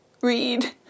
read